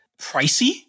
pricey